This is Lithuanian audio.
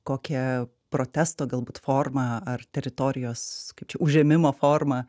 kokią protesto galbūt formą ar teritorijos kaip čia užėmimo formą